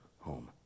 home